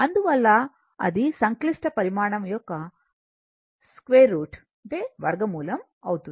అందువల్ల అది సంక్లిష్ట పరిమాణం యొక్క √ వర్గ మూలంఅవుతుంది